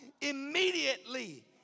immediately